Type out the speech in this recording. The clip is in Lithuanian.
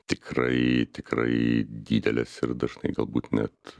tikrai tikrai didelės ir dažnai galbūt net